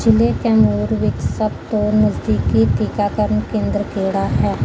ਜ਼ਿਲ੍ਹੇ ਕੈਮੂਰ ਵਿੱਚ ਸਭ ਤੋਂ ਨਜ਼ਦੀਕੀ ਟੀਕਾਕਰਨ ਕੇਂਦਰ ਕਿਹੜਾ ਹੈ